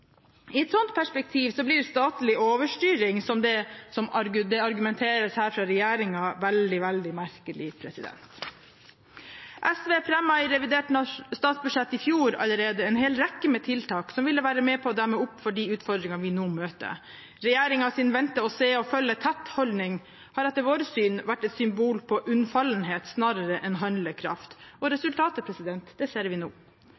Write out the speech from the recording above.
I et sånt perspektiv blir statlig overstyring, som det her argumenteres med fra regjeringen, veldig merkelig. SV fremmet allerede i revidert nasjonalbudsjett i fjor en hel rekke tiltak som ville være med på å demme opp for de utfordringene vi nå møter. Regjeringens vente-og-se- og følge-tett-holdning har etter vårt syn vært et symbol på unnfallenhet snarere enn handlekraft, og resultatet ser vi nå.